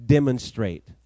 Demonstrate